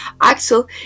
Axel